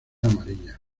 amarilla